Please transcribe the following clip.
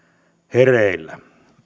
hereillä